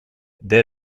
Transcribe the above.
dès